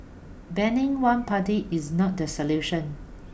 banning one party is not the solution